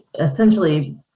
essentially